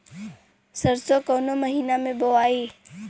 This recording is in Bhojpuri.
सरसो काउना महीना मे बोआई?